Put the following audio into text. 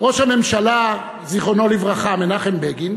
ראש הממשלה מנחם בגין,